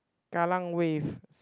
Kallang Wave